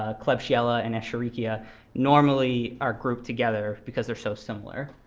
ah klebsiella and escherichia normally are grouped together, because they're so similar.